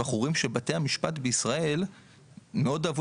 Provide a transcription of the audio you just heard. ואנחנו רואים שבתי המשפט בישראל מאוד אהבו